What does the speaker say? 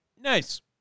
Nice